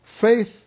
Faith